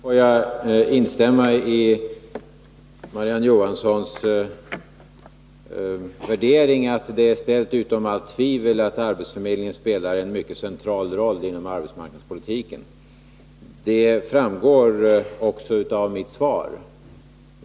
Herr talman! Får jag instämma i Marie-Ann Johanssons värdering att det är ställt utom allt tvivel att arbetsförmedlingen spelar en mycket central roll inom arbetsmarknadspolitiken. Det framgår också av mitt svar.